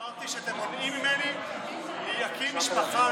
אמרתי שאתם מונעים ממני להקים משפחה,